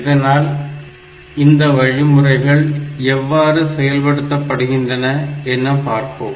இதனால் இந்த வழிமுறைகள் எவ்வாறு செயல்படுத்தப்படுகின்றன என பார்ப்போம்